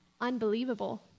unbelievable